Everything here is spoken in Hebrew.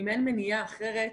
אם אין מניעה אחרת,